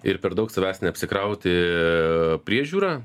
ir per daug savęs neapsikrauti priežiūra